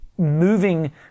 moving